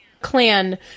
clan